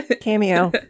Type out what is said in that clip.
cameo